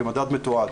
כמדד מתועד,